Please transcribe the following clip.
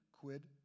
quid